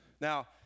Now